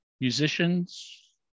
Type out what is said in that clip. musicians